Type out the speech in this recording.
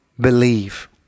believe